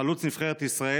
חלוץ נבחרת ישראל,